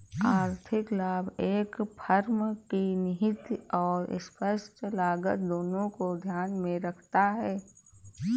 आर्थिक लाभ एक फर्म की निहित और स्पष्ट लागत दोनों को ध्यान में रखता है